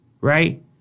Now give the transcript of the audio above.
right